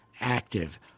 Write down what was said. active